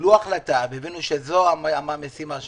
קיבלו החלטה והבינו שזו המשימה שלהם,